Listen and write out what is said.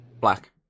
Black